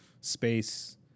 space